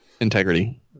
Integrity